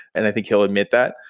and i think he'll admit that.